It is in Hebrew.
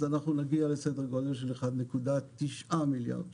אז אנחנו נגיע לסדר גודל של 1.9 מיליארד שקל.